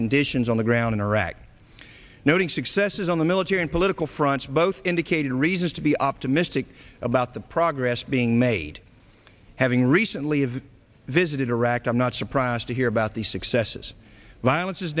conditions on the ground in iraq noting successes on the military and political fronts both indicated reasons to be optimistic about the progress being made having recently of visited iraq i'm not surprised to hear about the successes violence is